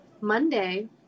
Monday